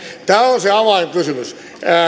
tämä on se avainkysymys